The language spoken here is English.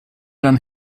than